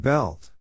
Belt